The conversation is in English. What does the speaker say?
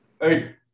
Hey